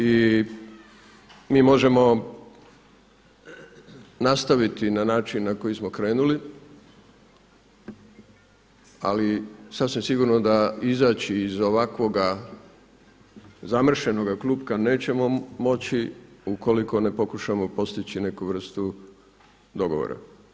I mi možemo nastaviti na način na koji smo krenuli, ali sasvim sigurno da izaći iz ovakvoga zamršenoga klupka nećemo moći ukoliko ne pokušamo postići neku vrstu dogovora.